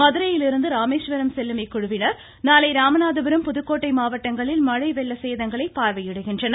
மதுரையிலிருந்து ராமேஸ்வரம் செல்லும் இக்குழுவினர் நாளை ராமநாதபுரம் புதுக்கோட்டை மாவட்டங்களில் மழை வெள்ள சேதங்களை பார்வையிடுகின்றனர்